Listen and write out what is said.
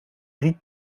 drie